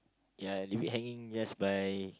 ya leave it hanging just by